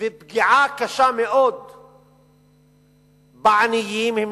ופגיעה קשה מאוד בעניים, הן